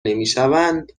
نمیشوند